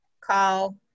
call